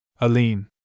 Aline